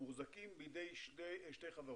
מוחזקים בידי שתי חברות.